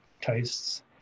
tastes